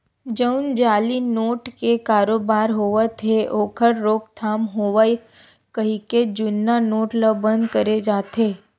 जउन जाली नोट के कारोबारी होवत हे ओखर रोकथाम होवय कहिके जुन्ना नोट ल बंद करे जाथे